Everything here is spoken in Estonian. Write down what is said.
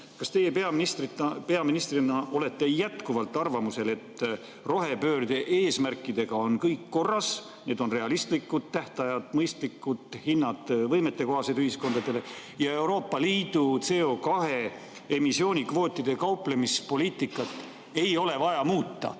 kas teie peaministrina olete jätkuvalt arvamusel, et rohepöörde eesmärkidega on kõik korras? Kas need on realistlikud tähtajad, mõistlikud hinnad, võimetekohased ühiskondadele, ja Euroopa Liidu CO2emissiooni kvootidega kauplemise poliitikat ei ole vaja muuta?